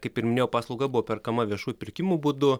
kaip ir minėjau paslauga buvo perkama viešųjų pirkimų būdu